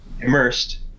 immersed